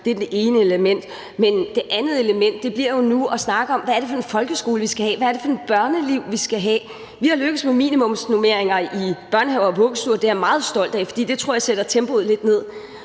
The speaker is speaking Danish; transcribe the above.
Det er det ene element. Men det andet element bliver jo nu at snakke om, hvad det er for en folkeskole, vi skal have, hvad det er for et børneliv, vi skal have. Vi er lykkedes med at få minimumsnormeringer i børnehaver og vuggestuer, og det er jeg meget stolt af, fordi jeg tror, det sætter tempoet lidt med,